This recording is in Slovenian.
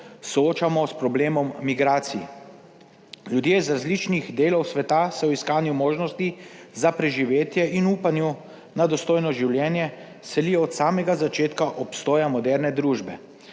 soočamo s problemom migracij. Ljudje z različnih delov sveta se v iskanju možnosti za preživetje in v upanju na dostojno življenje selijo od samega začetka obstoja moderne družbe.